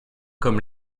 comme